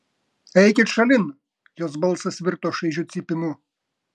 eikit šalin jos balsas virto šaižiu cypimu